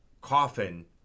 coffin